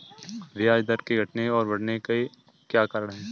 ब्याज दर के घटने और बढ़ने के क्या कारण हैं?